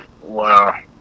Wow